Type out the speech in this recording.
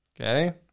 Okay